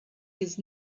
his